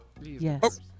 Yes